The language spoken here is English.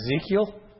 Ezekiel